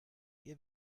ihr